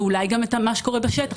ואולי גם את מה שקורה בשטח,